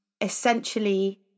essentially